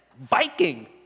Viking